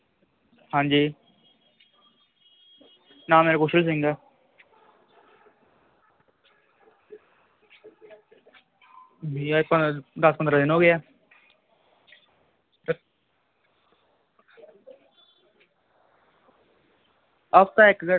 हां जी नांऽ मेरा कुशल सिंह् को दस पंदरा दिन हो गे हैं हफ्ता इक